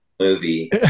movie